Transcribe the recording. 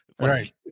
Right